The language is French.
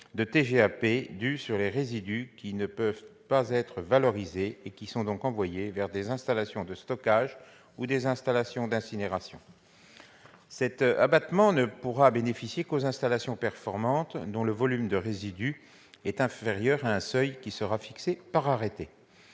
de TGAP dû sur les résidus qui ne peuvent pas être valorisés, et qui sont donc envoyés vers des installations de stockage ou d'incinération. Cet abattement ne pourra bénéficier qu'aux installations performantes, dont le volume de résidus est inférieur à un seuil fixé par arrêté.